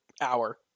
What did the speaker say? hour